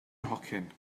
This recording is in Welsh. nhocyn